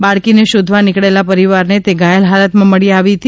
બાળકીને શોધવા નીકળેલા પરિવારને તે ઘાયલ હાલતમાં મળી આવી હતી